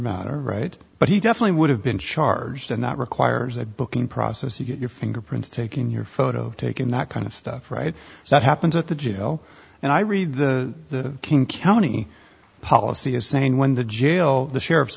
matter right but he definitely would have been charged and that requires a booking process you get your for the prince taking your photo taken that kind of stuff right that happens at the jail and i read the king county policy as saying when the jail the sheriff's